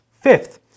Fifth